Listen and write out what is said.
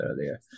earlier